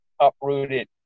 uprooted